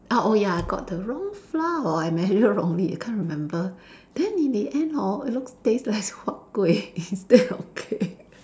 ah oh ya I got the wrong flour or I measure wrongly I can't remember then in the end hor it looks taste like huat kueh instead of cake